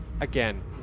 Again